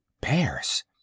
Bears